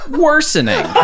worsening